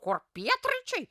kur pietryčiai